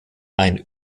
ein